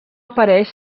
apareix